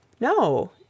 No